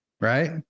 right